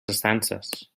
estances